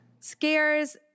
Scares